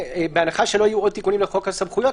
בהנחה שלא יהיו עוד תיקונים לחוק הסמכויות,